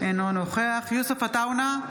אינו נוכח איימן עודה, אינו נוכח יוסף עטאונה,